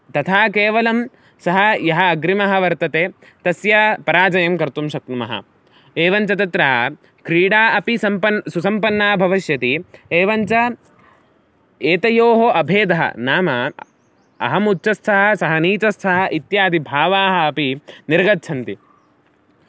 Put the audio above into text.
तथा केवलं सः यः अग्रिमः वर्तते तस्य पराजयं कर्तुं शक्नुमः एवञ्च तत्र क्रीडा अपि सम्पन् सुसम्पन्ना भविष्यति एवञ्च एतयोः अभेदः नाम अहम् उच्चस्थः सः नीचस्थः इत्यादिभावाः अपि निर्गच्छन्ति